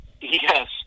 Yes